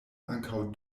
ankaŭ